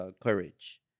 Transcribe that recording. courage